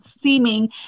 seeming